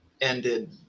ended